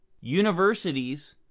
Universities